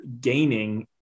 gaining